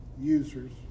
users